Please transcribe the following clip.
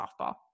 softball